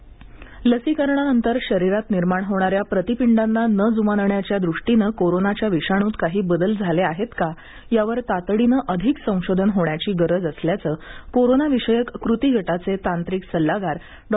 लसीकरण लसीकरणानंतर शरीरात निर्माण होणाऱ्या प्रतिपिंडाना न जुमानण्याच्या दृष्टीनं कोरोनाच्या विषाणूत काही बदल झाले आहेत का यावर तातडीनं अधिक संशोधन होण्याची गरज असल्याचं कोरोनाविषयक कृती गटाचे तांत्रिक सल्लागार डॉ